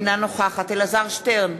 אינה נוכחת אלעזר שטרן,